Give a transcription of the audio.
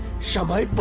shadow i but